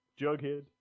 Jughead